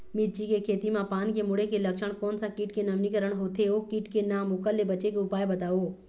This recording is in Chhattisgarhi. मिर्ची के खेती मा पान के मुड़े के लक्षण कोन सा कीट के नवीनीकरण होथे ओ कीट के नाम ओकर ले बचे के उपाय बताओ?